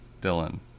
Dylan